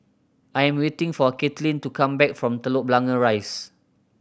I am waiting for Caitlin to come back from Telok Blangah Rise